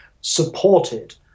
supported